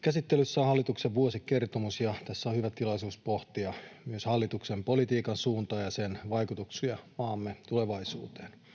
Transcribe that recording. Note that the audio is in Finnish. Käsittelyssä on hallituksen vuosikertomus, ja tässä on hyvä tilaisuus pohtia myös hallituksen politiikan suuntaa ja sen vaikutuksia maamme tulevaisuuteen.